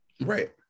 right